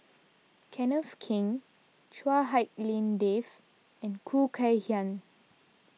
Kenneth Keng Chua Hak Lien Dave and Khoo Kay Hian